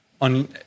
on